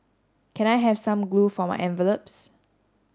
can I have some glue for my envelopes